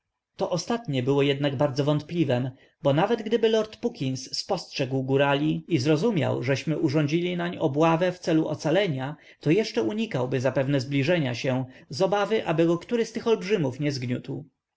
to ostatnie było jednak bardzo wątpliwem bo gdyby nawet lord puckins spostrzegł górali i zrozumiał żeśmy urządzili nań obławę w celu ocalenia to jeszcze unikałby zapewne zbliżenia się z obawy by go który z tych olbrzymów nie zgniótł